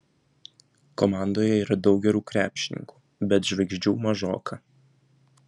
komandoje yra daug gerų krepšininkų bet žvaigždžių mažoka